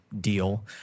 deal